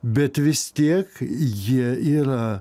bet vis tiek jie yra